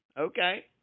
Okay